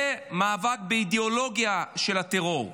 זה מאבק באידיאולוגיה של הטרור.